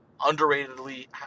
underratedly